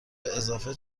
اضافه